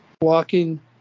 walking